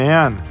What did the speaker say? Man